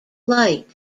light